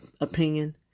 opinion